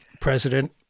president